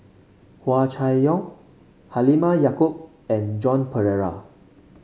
Hua Chai Yong Halimah Yacob and Joan Pereira